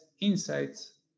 insights